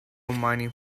mining